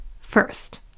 First